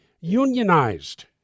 unionized